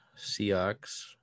Seahawks